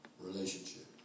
relationship